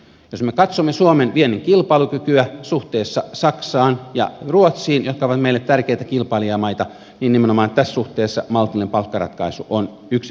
jos me katsomme suomen viennin kilpailukykyä suhteessa saksaan ja ruotsiin jotka ovat meille tärkeitä kilpailijamaita niin nimenomaan tässä suhteessa maltillinen palkkaratkaisu on yksi avainkysymyksiä